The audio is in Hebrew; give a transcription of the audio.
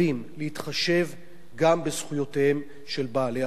להתחשב גם בזכויותיהם של בעלי-החיים.